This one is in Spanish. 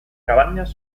cabañas